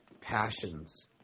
Passions